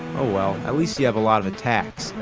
oh well. at least you have a lot of attacks.